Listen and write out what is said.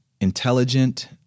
intelligent